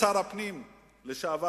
שר הפנים לשעבר,